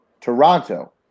Toronto